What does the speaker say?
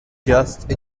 just